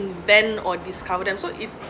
invent or discover them so it